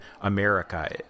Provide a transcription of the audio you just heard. America